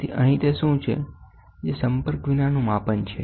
તેથી અહીં તે શું છે જે સંપર્ક વિનાનું માપન છે